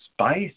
Spice